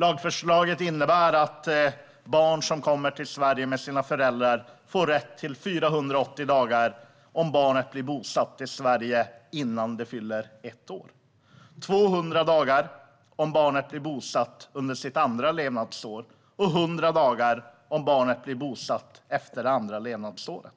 Lagförslaget innebär att föräldrar som kommer till Sverige med barn får rätt till 480 dagar med föräldrapenning om barnet blir bosatt i Sverige innan det fyller ett år, till 200 dagar om barnet blir bosatt i Sverige under sitt andra levnadsår och till 100 dagar om barnet blir bosatt i Sverige efter sitt andra levnadsår.